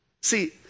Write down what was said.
See